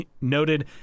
Noted